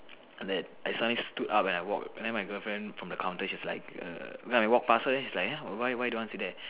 that I suddenly stood up and I walk and then my girlfriend from the counter she was like err then I walk past her and she was like uh why why don't want sit there